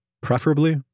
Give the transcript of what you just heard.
preferably